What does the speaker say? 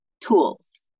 tools